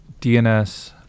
DNS